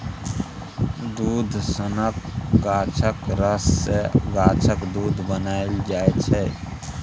दुध सनक गाछक रस सँ गाछक दुध बनाएल जाइ छै